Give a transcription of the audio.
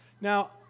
Now